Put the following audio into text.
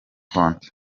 konti